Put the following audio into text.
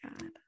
God